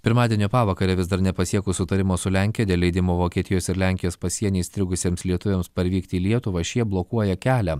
pirmadienio pavakarę vis dar nepasiekus sutarimo su lenkija dėl leidimo vokietijos ir lenkijos pasieny įstrigusiems lietuviams parvykti į lietuvą šie blokuoja kelią